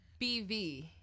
BV